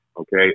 Okay